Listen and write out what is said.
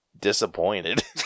disappointed